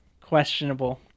questionable